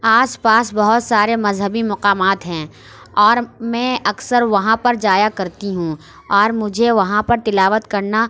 آس پاس بہت سارے مذہبی مقامات ہیں اور میں اکثر وہاں پر جایا کرتی ہوں اور مجھے وہاں پر تلاوت کرنا